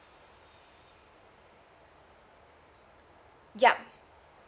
yup